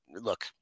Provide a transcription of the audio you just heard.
look